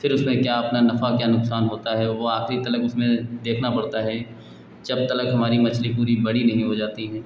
फ़िर इसमें क्या अपना नफा क्या नुकसान होता है वह आखिरी तलक उसमें देखना पड़ता है जब तलक हमारी मछली पूरी बड़ी नहीं हो जाती है